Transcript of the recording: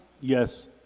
Yes